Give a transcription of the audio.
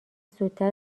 زودتر